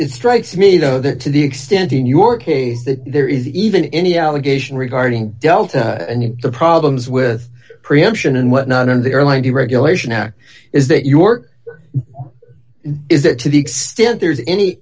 it strikes me though that to the extent in your case that there is even any allegation regarding delta and the problems with preemption and whatnot in the early deregulation act is that york is that to the extent there is any